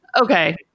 Okay